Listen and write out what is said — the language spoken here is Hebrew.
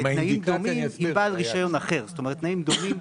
תנאים דומים.